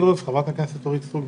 חברת הכנסת אורית סטרוק בבקשה.